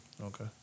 Okay